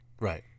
Right